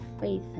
faith